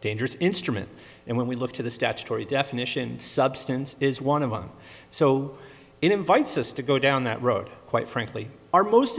dangerous instrument and when we look to the statutory definition substance is one of them so invites us to go down that road quite frankly are most